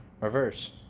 Reverse